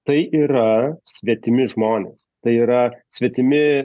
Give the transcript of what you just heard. tai yra svetimi žmonės tai yra svetimi